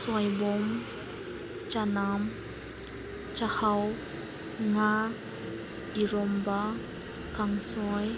ꯁꯣꯏꯕꯨꯝ ꯆꯅꯝ ꯆꯥꯛꯍꯥꯎ ꯉꯥ ꯏꯔꯣꯟꯕ ꯀꯥꯡꯁꯣꯏ